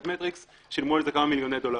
מטריקס - שילמו על זה כמה מיליוני דולרים.